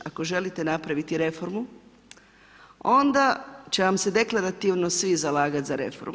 Ako želite napraviti reformu onda će vam se deklarativno svi zalagati za reformu.